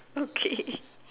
okay